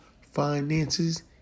finances